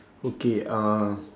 okay uh